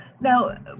Now